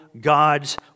God's